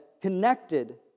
connected